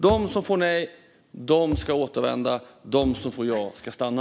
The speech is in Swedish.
De som får nej ska återvända. De som får ja ska stanna.